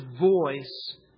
voice